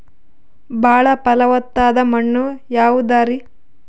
ಬಾಳ ಫಲವತ್ತಾದ ಮಣ್ಣು ಯಾವುದರಿ?